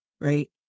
right